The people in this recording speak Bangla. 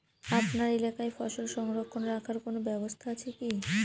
আপনার এলাকায় ফসল সংরক্ষণ রাখার কোন ব্যাবস্থা আছে কি?